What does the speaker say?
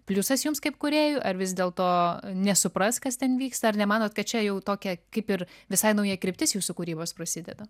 pliusas jums kaip kūrėjui ar vis dėl to nesupras kas ten vyksta ar nemanot kad čia jau tokia kaip ir visai nauja kryptis jūsų kūrybos prasideda